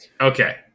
Okay